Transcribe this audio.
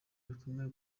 bikomeye